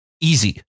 Easy